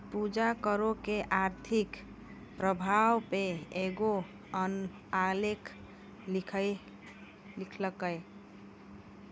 पूजा करो के आर्थिक प्रभाव पे एगो आलेख लिखलकै